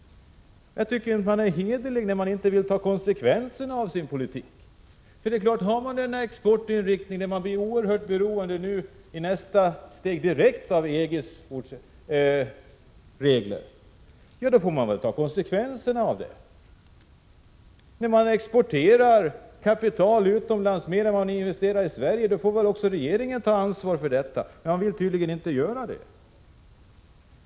Jag tycker inte att man är hederlig när man inte vill ta konsekvenserna av sin politik. Har man en exportinriktning som i nästa steg gör en oerhört beroende av EG:s regler, då får man ta konsekvenserna av det. När mer kapital exporteras till utlandet än vad som investeras i Sverige får också regeringen ta ansvar för detta. Men det vill den tydligen inte göra.